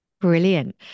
brilliant